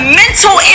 mental